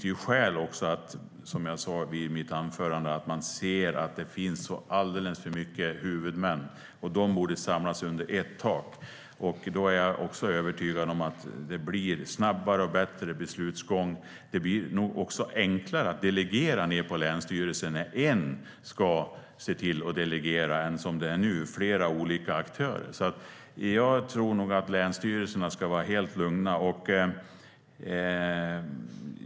Det finns, som jag sa i mitt anförande, alldeles för många huvudmän. De borde samlas under ett tak. Jag är övertygad om att det då blir snabbare och bättre beslutsgång. Det blir också enklare att delegera ned på länsstyrelsen när en ska delegera i stället för som nu flera olika aktörer. Jag tror nog att länsstyrelserna ska vara helt lugna.